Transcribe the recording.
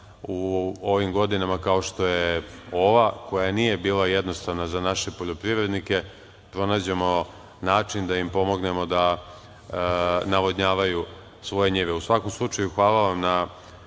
u ovim godinama kao što je ova koja nije bila jednostavna za naše poljoprivrednike pronađemo način da ima pomognemo da navodnjavaju svoje njive.U svakom slučaju, hvala vam na